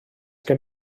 gen